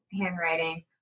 handwriting